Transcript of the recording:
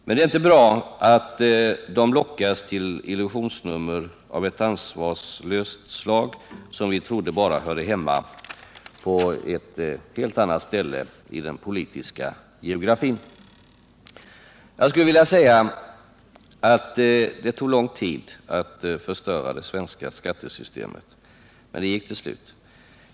Men det är inte bra att de lockas till illusionsnummer av ett ansvarslöst slag, som vi trodde hör hemma på ett helt annat ställe i den politiska geografin. Det tog lång tid att förstöra det svenska skattesystemet. Men det gick till slut.